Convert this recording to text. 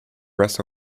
rest